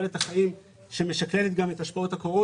תוחלת החיים שמשקללת גם את השפעות הקורונה